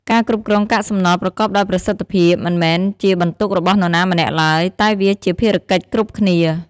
ការគ្រប់គ្រងកាកសំណល់ប្រកបដោយប្រសិទ្ធភាព មិនមែនជាបន្ទុករបស់នរណាម្នាក់ឡើយ តែវាជាភារៈកិច្ចគ្រប់គ្នា។